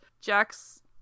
Jack's